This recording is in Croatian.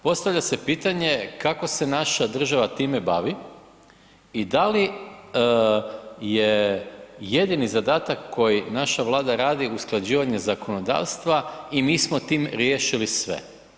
Postavlja se pitanje kako se naša država time bavi i da li je jedino zadatak koji naša Vlada radi, usklađivanje zakonodavstva i mi smo tim riješili sve.